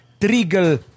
trigger